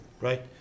right